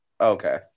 Okay